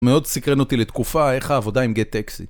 מאוד סקרן אותי לתקופה, איך העבודה עם גט-טקסי.